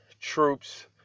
troops